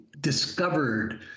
discovered